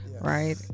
right